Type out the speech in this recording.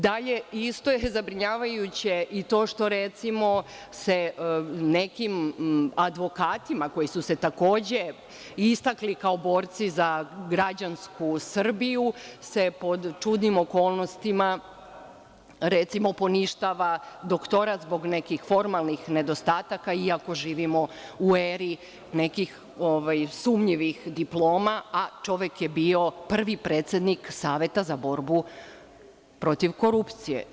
Dalje, isto je zabrinjavajuće i to što se nekim advokatima koji su se takođe istakli kao borci za građansku Srbiju pod čudnim okolnostima, recimo, poništava doktorat zbog nekih formalnih nedostataka, iako živimo u eri nekih sumnjivih diploma, a čovek je bio prvi predsednik Saveta za borbu protiv korupcije.